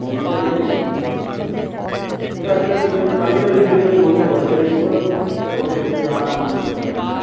അപ്പം എനിക്കാന്നെങ്കിലെ മ്മ് ഒരാഴ്ച്ചയായിട്ട് എൻ്റെ ഈ കണ്ണിനൊരു ചെറിയൊരു മങ്ങൽ പോലെ ചെറിയ ദൂരെ അക്ഷരങ്ങളൊന്നും ശരിക്ക് കാണാനൊന്നും പറ്റുന്നില്ല അതിന്